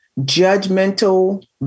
judgmental